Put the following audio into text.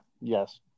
Yes